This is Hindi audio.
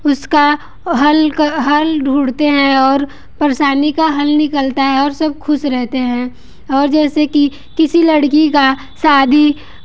उसका हल का हल ढूंढते हैं और परेशानी का हल निकलता है और सब खुश रहते हैं और जैसे कि किसी लड़की का शादी